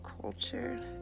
culture